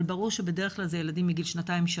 אבל ברור לנו שבדרך כלל זה ילדים מגיל שנתיים-שלוש